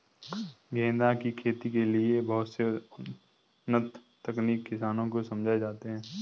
गेंदा की खेती के लिए बहुत से उन्नत तकनीक किसानों को समझाए जाते हैं